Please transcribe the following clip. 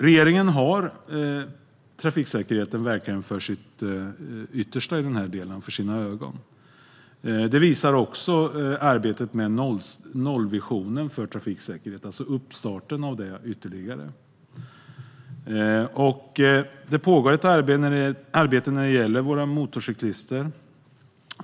Regeringen har verkligen den delen av trafiksäkerheten för sina ögon. Det visar inte minst den nya uppstarten av arbetet med nollvisionen. Det pågår ett arbete när det gäller våra motorcyklister.